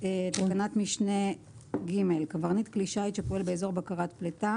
את תקנת משנה (ג) שלא נמחקה